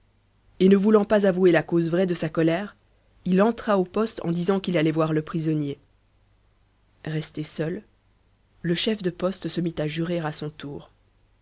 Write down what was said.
et ne voulant pas avouer la cause vraie de sa colère il entra au poste en disant qu'il allait voir le prisonnier resté seul le chef de poste se mit à jurer à son tour